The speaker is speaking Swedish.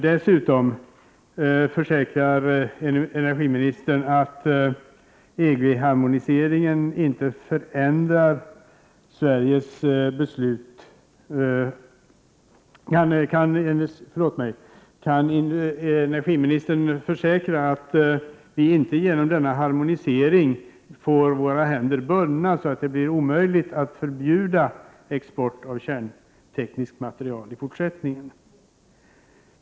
Dessutom försäkrar energiministern att EG-harmoniseringen inte förändrar Sveriges beslut. Kan energiministern försäkra att vi inte genom denna harmonisering får våra händer bundna, så att det blir omöjligt att förbjuda export av kärnteknisk materiel i fortsättningen?